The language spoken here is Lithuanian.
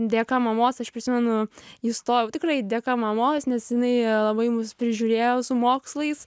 dėka mamos aš prisimenu įstojau tikrai dėka mamos nes jinai labai mus prižiūrėjo su mokslais